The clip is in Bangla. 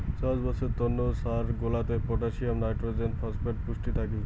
চাষবাসের তন্ন সার গুলাতে পটাসিয়াম, নাইট্রোজেন, ফসফেট পুষ্টি থাকি